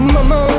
Mama